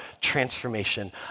transformation